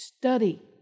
Study